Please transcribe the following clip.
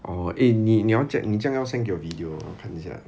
or eh 你你要 check 你这样要 send 给我 video 看一下